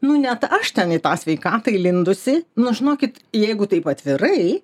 nu net aš ten į tą sveikatą įlindusi nu žinokit jeigu taip atvirai